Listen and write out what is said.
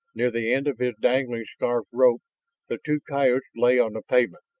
near the end of his dangling scarf-rope the two coyotes lay on the pavement,